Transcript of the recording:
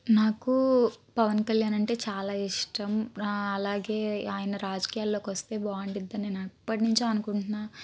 నాకు పవన్కళ్యాణ్ అంటే చాలా ఇష్టం అలాగే ఆయన రాజకీయాల్లోకి వస్తే బాగుంటుంది అని నేను ఎప్పటి నుంచో అనుకుంటున్నా